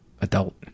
adult